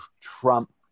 Trump